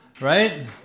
Right